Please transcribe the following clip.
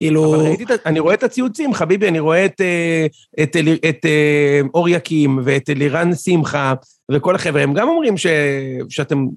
אבל אני רואה את הציוצים, חביבי, אני רואה את אור יקים ואת לירן שמחה וכל החבר'ה, הם גם אומרים שאתם...